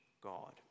God